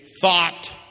thought